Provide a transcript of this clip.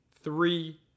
Three